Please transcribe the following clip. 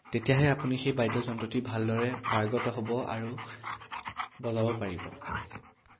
তেতিয়াহে আপুনি সেই বাদ্যযন্ত্ৰটি ভালদৰে পাৰ্গত হ'ব আৰু বজাব পাৰিব